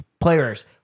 players